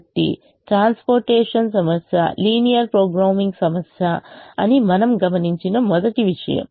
కాబట్టి ట్రాన్స్పోర్టేషన్ సమస్య linear programming సమస్య అని మనం గమనించిన మొదటి విషయం